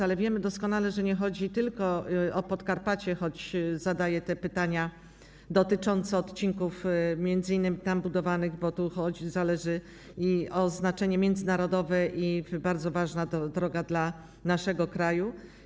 Ale wiemy doskonale, że nie chodzi tylko o Podkarpacie, choć zadaję pytania dotyczące odcinków m.in. tam budowanych, bo to ma znaczenie międzynarodowe i to bardzo ważna droga dla naszego kraju.